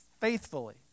faithfully